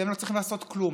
אתם לא צריכים לעשות כלום.